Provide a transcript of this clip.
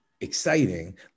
exciting